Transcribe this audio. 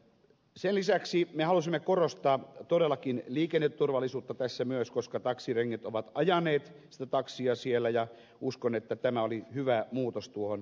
sen lisäksi me halusimme korostaa todellakin liikenneturvallisuutta tässä myös koska taksirengit ovat ajaneet sitä taksia siellä ja uskon että tämä oli hyvä muutos tuohon lakiin